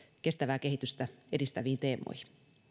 kestävää kehitystä edistäviin teemoihin